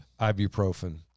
ibuprofen